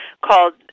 called